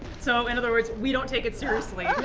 so in other words, we don't take it seriously.